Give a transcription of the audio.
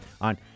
on